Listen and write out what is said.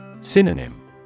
Synonym